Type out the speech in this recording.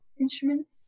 instruments